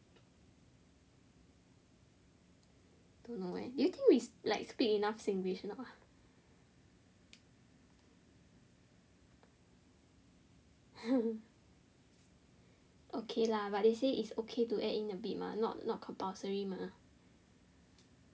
don't know leh do you think we like we speak enough singlish or not okay lah but they say its okay to add in a bit mah but not not compulsory mah